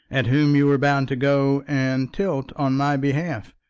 at whom you were bound to go and tilt on my behalf?